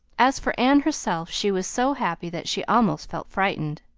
as for anne herself, she was so happy that she almost felt frightened.